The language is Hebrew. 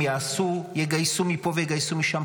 הם יגייסו מפה ויגייסו משם,